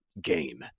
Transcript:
game